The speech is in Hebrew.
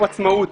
הוא עצמאות.